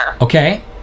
Okay